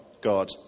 God